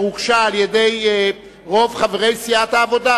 הוגשה על-ידי רוב חברי סיעת העבודה.